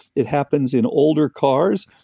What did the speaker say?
it happens in older cars,